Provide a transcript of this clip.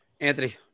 Anthony